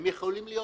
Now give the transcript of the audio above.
הם יכולים להיות